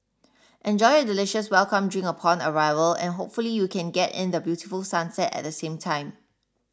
enjoy a delicious welcome drink upon arrival and hopefully you can get in the beautiful sunset at the same time